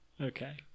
okay